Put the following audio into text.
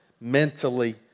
mentally